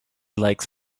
likes